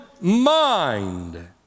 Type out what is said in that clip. mind